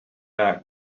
not